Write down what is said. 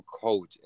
coach